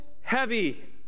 heavy